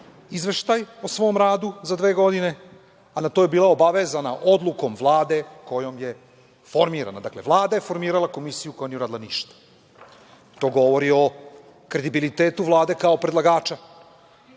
izveštaj o svom radu za dve godine, a na to je bila obavezana Odlukom Vlade kojom je formirana. Dakle, Vlada je formirala komisiju koja nije uradila ništa. To govori o kredibilitetu Vlade kao predlagača